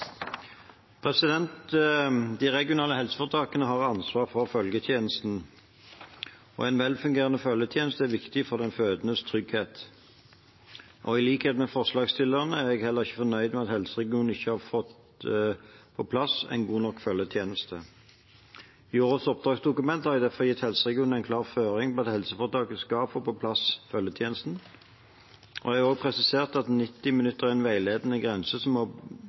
viktig for den fødendes trygghet. I likhet med forslagsstillerne er heller ikke jeg fornøyd med at helseregionene ikke har fått på plass en god nok følgetjeneste. I årets oppdragsdokument har jeg derfor gitt helseregionene en klar føring om at helseforetakene skal få på plass følgetjenesten. Jeg har også presisert at 90 minutter er en veiledende grense som må